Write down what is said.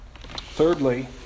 Thirdly